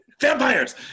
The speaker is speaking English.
vampires